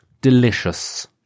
delicious